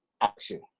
action